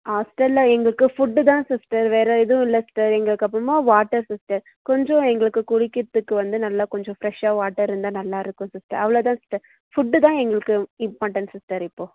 ஹாஸ்டலில் எங்களுக்கு ஃபுட்டு தான் சிஸ்டர் வேறே எதுவும் இல்லை சிஸ்டர் எங்களுக்கு அப்புறமா வாட்டர் சிஸ்டர் கொஞ்சம் எங்களுக்கு குடிக்கிறதுக்கு வந்து நல்லா கொஞ்சம் ஃபிரெஷ்ஷாக வாட்டர் இருந்தால் நல்லாயிருக்கும் சிஸ்டர் அவ்வளோதான் சிஸ்டர் ஃபுட்டுதான் எங்களுக்கு இம்பார்டண் சிஸ்டர் இப்போது